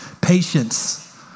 Patience